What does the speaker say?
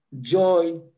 joy